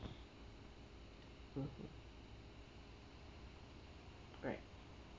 mmhmm right